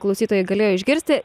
klausytojai galėjo išgirsti